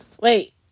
Wait